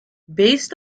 based